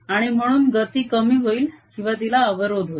आणि म्हणून गती कमी होईल किंवा तिला अवरोध होईल